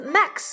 Max